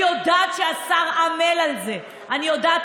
אני יודעת שהשר עמל על זה, אני יודעת.